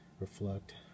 Reflect